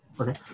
Okay